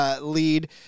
lead